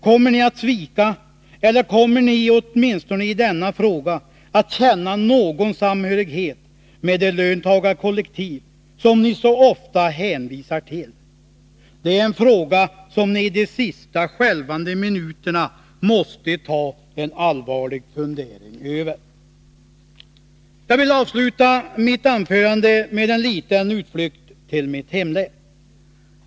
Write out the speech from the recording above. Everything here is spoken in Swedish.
Kommer ni att svika, eller kommer ni åtminstone i denna fråga att känna någon samhörighet med det löntagarkollektiv som ni så ofta hänvisar till? Det är en fråga som ni i debattens sista skälvande minuter måste ta en allvarlig funderare på. Jag vill avsluta mitt anförande med en liten utflykt till mitt hemlän.